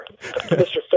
Mr